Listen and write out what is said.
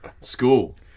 School